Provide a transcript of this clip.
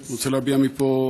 אני רוצה להביע מפה